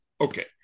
Okay